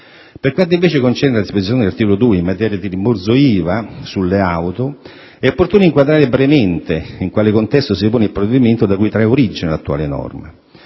Per quanto invece concerne la disposizione dell'articolo 2 in materia di rimborso IVA sulle auto, è opportuno inquadrare brevemente in quale contesto si pone il provvedimento da cui trae origine l'attuale norma.